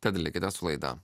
tad likite su laida